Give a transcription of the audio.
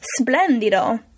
splendido